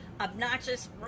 obnoxious